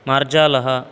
मार्जालः